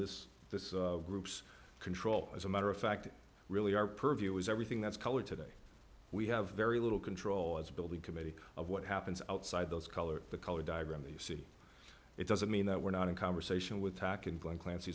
this this group's control as a matter of fact really our purview is everything that's colored today we have very little control as a building committee of what happens outside those color the color diagram that you see it doesn't mean that we're not in conversation with tack and going clancy